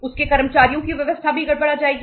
उसके कर्मचारियों की व्यवस्था भी गड़बड़ा जाएगी